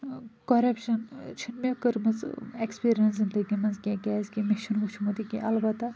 ٲں کۄرپشن ٲں چھِنہٕ مےٚ کٔرمٕژ ایٚکٕسپیٖرینٕس زندگی منٛز کیٚنٛہہ کیٛازِ کہِ مےٚ چھُنہٕ وُچھمُت یہِ کیٚنٛہہ البتہ